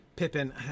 Pippin